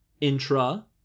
Intra